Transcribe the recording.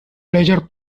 pleasure